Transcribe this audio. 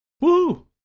Woo